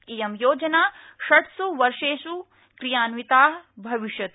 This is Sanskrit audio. इयं योजना षट्स् वर्षेष् क्रियान्विता भविष्यति